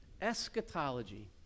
Eschatology